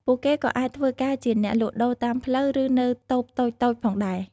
ពួកគេក៏អាចធ្វើការជាអ្នកលក់ដូរតាមផ្លូវ ឬនៅតូបតូចៗផងដែរ។